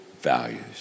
values